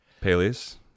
Peleus